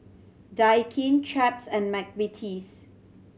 Daikin Chaps and McVitie's